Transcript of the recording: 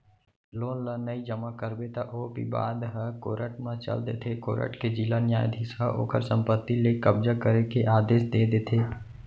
loan ल नइ जमा करबे त ओ बिबाद ह कोरट म चल देथे कोरट के जिला न्यायधीस ह ओखर संपत्ति ले कब्जा करे के आदेस दे देथे